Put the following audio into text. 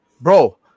bro